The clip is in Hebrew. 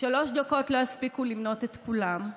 שלוש דקות לא יספיקו למנות את כולם,